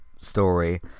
story